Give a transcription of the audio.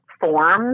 forms